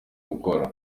gukora